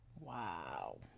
Wow